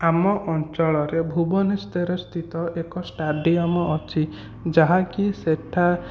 ଆମ ଅଞ୍ଚଳରେ ଭୁବନେଶ୍ୱର ସ୍ଥିତ ଏକ ଷ୍ଟାଡ଼ିୟମ୍ ଅଛି ଯାହାକି ସେଠା